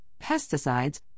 pesticides